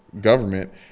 government